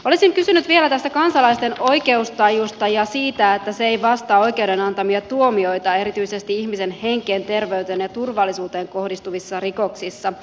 olisin kysynyt vielä tästä kansalaisten oikeustajusta ja siitä että se ei vastaa oikeuden antamia tuomioita erityisesti ihmisen henkeen terveyteen ja turvallisuuteen kohdistuvissa rikoksissa